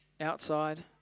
outside